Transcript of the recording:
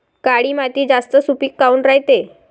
काळी माती जास्त सुपीक काऊन रायते?